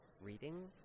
reading